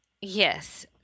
Yes